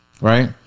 Right